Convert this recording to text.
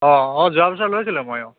অ' অ' যোৱা বছৰ লৈছিলো মইও